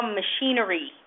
machinery